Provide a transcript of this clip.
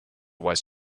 wise